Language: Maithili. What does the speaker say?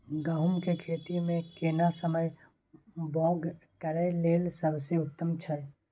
गहूम के खेती मे केना समय बौग करय लेल सबसे उत्तम छै?